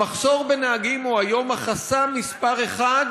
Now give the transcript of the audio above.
המחסור בנהגים הוא היום החסם מספר אחת